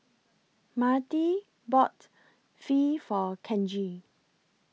Myrtie bought Pho For Kenji